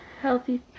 Healthy